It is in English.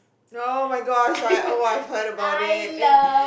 oh-my-gosh I oh I've heard about it and